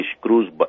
cruise